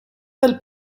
del